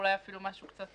ואולי אפילו משהו קצת